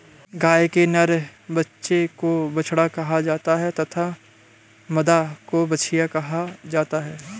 गाय के नर बच्चे को बछड़ा कहा जाता है तथा मादा को बछिया कहा जाता है